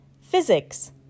physics